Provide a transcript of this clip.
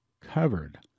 covered